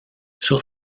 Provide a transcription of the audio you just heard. sur